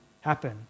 happen